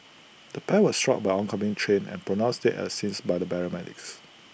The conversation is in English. the pair were struck by oncoming train and pronounced dead at the scenes by paramedics